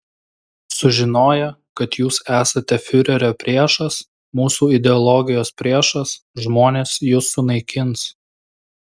sužinoję kad jūs esate fiurerio priešas mūsų ideologijos priešas žmonės jus sunaikins